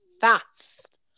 fast